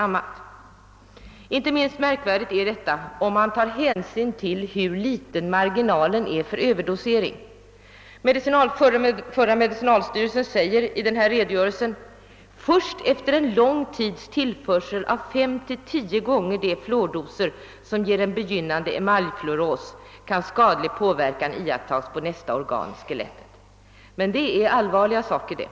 Tillståndsgivningen framstår som särskilt märkvärdig, om man tar hänsyn till hur liten marginalen är för överdosering. I ett utlåtande som avgivits av dåvarande medicinalstyrelsen heter det att först efter en lång tids tillförsel av fem till tio gånger de fluordoser som ger en begynnande emaljfluoros kan skadlig påverkan iakttagas på nästa organ: skelettet. Men det är allvarliga saker det.